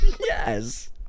Yes